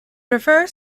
refers